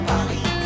Paris